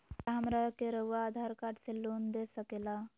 क्या हमरा के रहुआ आधार कार्ड से लोन दे सकेला?